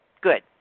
good